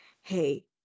hey